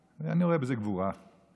דבר שני, אני רואה שיושב פה השר מתן כהנא.